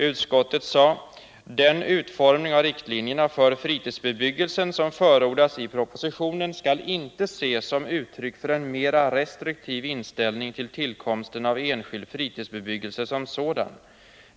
Utskottet sade: ”Den utformning av riktlinjerna för fritidsbebyggelsen som förordas i propositionen skall ses som uttryck för en mera restriktiv inställning till tillkomsten av enskild fritidsbebyggelse som sådan.